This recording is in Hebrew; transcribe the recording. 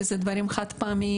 כי אלה דברים חד-פעמיים.